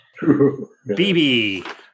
BB